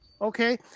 Okay